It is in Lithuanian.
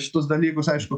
šitus dalykus aišku